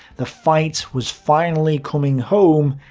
the fight was finally coming home,